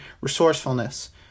resourcefulness